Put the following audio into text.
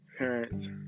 parents